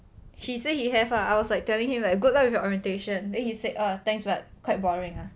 he say he have ah I was like telling him like good luck with your orientation then he said oh thanks but quite boring ah